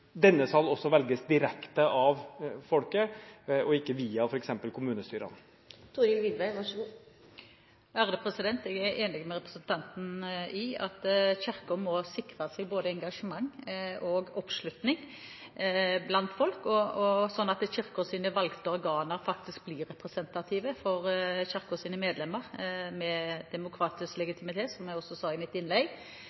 denne sal også velges direkte av folket og ikke via f.eks. kommunestyrene? Jeg er enig med representanten i at Kirken må sikre seg både engasjement og oppslutning blant folk, sånn at Kirkens valgte organer faktisk blir representative for Kirkens medlemmer med demokratisk